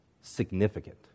significant